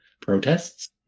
protests